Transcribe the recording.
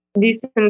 decent